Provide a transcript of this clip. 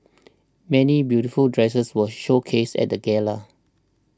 many beautiful dresses were showcased at the gala